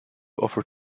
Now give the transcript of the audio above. offered